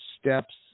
steps